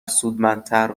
سودمندتر